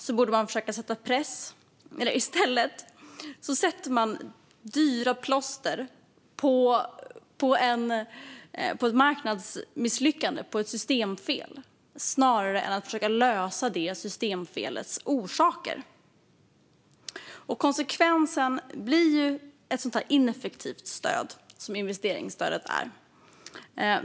I stället sätter man dyra plåster på ett marknadsmisslyckande, ett systemfel, snarare än att försöka lösa systemfelets orsaker. Konsekvensen blir ett sådant ineffektivt stöd som investeringsstödet är.